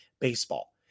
baseball